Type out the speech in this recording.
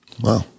Wow